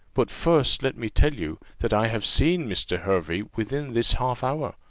but first let me tell you, that i have seen mr. hervey within this half hour,